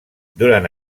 durant